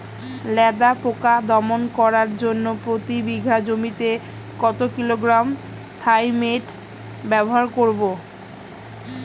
লেদা পোকা দমন করার জন্য প্রতি বিঘা জমিতে কত কিলোগ্রাম থাইমেট ব্যবহার করব?